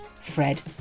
Fred